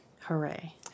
Hooray